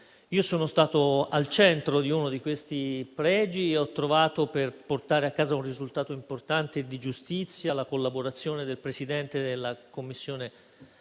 Sono stato al centro di uno di questi pregi e ho incontrato, per portare a casa un risultato importante e di giustizia, la collaborazione del presidente della Commissione,